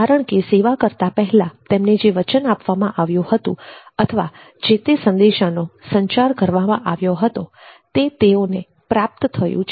કારણ કે સેવા કરતા પહેલા તેમને જે વચન આપવામાં આવ્યું હતું અથવા જે તે સંદેશાનો સંચાર કરવામાં આવ્યો હતો તે તેઓને પ્રાપ્ત થયું છે